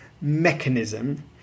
mechanism